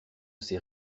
ses